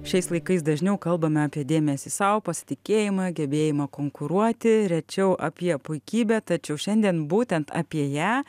šiais laikais dažniau kalbame apie dėmesį sau pasitikėjimą gebėjimą konkuruoti rečiau apie puikybę tačiau šiandien būtent apie ją